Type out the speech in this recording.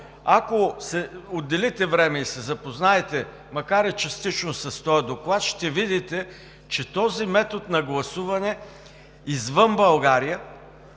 ако отделите време и се запознаете, макар и частично, с този доклад, ще видите, че този метод на гласуване извън България